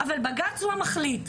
אבל בג"ץ הוא המחליט.